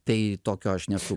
tai tokio aš nesu